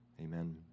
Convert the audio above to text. Amen